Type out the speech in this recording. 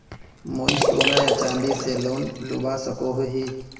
मुई सोना या चाँदी से लोन लुबा सकोहो ही?